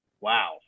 wow